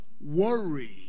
worry